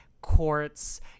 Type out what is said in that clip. courts